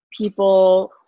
people